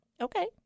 Okay